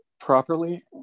properly